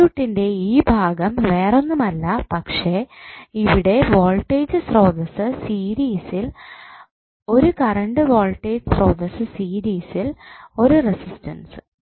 സർക്യൂട്ടിന്റെ ഈ ഭാഗം വേറൊന്നുമല്ല പക്ഷെ ഇവിടെ വോൾടേജ് സ്രോതസ്സ് സീരിസ്സിൽ 1 കറണ്ട് വോൾടേജ് സ്രോതസ്സ് സീരിസ്സിൽ 1 റെസിസ്റ്റൻസ്